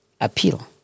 appeal